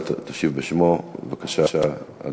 תשיב בשם שר הפנים.